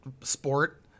sport